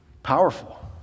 powerful